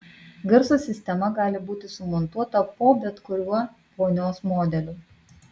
garso sistema gali būti sumontuota po bet kuriuo vonios modeliu